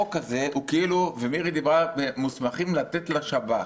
ומירי דיברה על מוסמכים לתת לשב"כ,